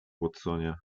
watsonie